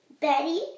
Betty